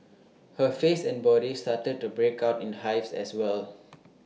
her face and body started to break out in hives as well